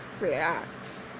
react